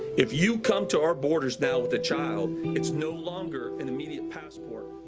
if you come to our borders now, the child is no longer an immediate passport